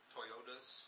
Toyotas